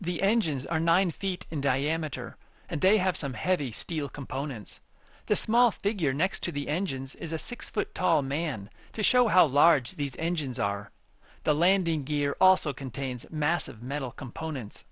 the engines are nine feet in diameter and they have some heavy steel components the small figure next to the engines is a six foot tall man to show how large these engines are the landing gear also contains massive metal components